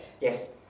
Yes